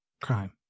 Crime